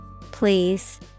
Please